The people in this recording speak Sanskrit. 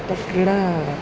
तत् क्रीडा